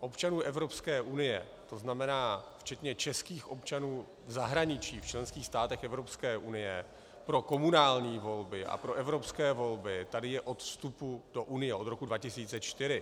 občanů Evropské unie, to znamená včetně českých občanů v zahraničí, v členských státech Evropské unie, pro komunální volby a pro evropské volby tady je od vstupu do Unie roku 2004.